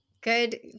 Good